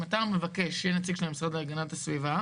אם אתה מבקש שיהיה נציג של המשרד להגנת הסביבה,